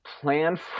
plan